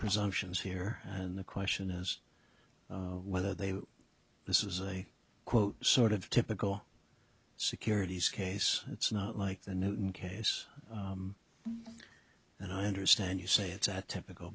presumptions here and the question is whether they this is a quote sort of typical securities case it's not like the newton case and i understand you say it's a typical